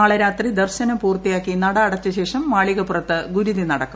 നാളെ രാത്രി ദർശനം പൂർത്തിയാക്കി നട അടച്ച ശേഷം മാളികപ്പുറത്ത് ഗുരുതി നടക്കും